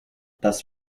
das